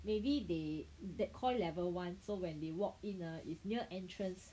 maybe they that Koi level [one] so when they walk in ah is near entrance